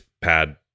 pad